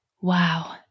Wow